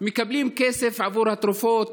מקבלים כסף עבור התרופות,